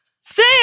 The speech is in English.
Sam